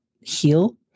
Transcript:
heal